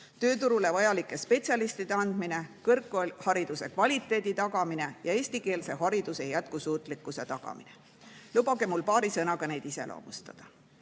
tööturule vajalike spetsialistide andmine, kõrghariduse kvaliteedi tagamine ja eestikeelse hariduse jätkusuutlikkuse tagamine. Lubage mul paari sõnaga neid iseloomustada.